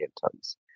tons